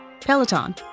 Peloton